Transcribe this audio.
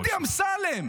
דודי אמסלם.